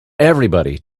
everybody